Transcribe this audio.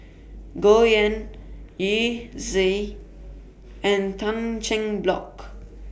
Goh Yihan Yu Zhuye and Tan Cheng Bock